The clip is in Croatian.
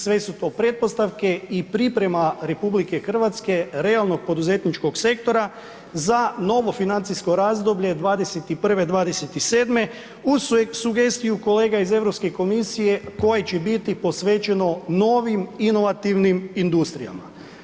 Sve su to pretpostavke i priprema RH realnog poduzetničkog sektora za novo financijsko razdoblje '21. – '27. uz sugestiju kolega iz Europske komisije koje će biti posvećeno novim inovativnim industrijama.